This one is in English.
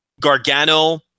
Gargano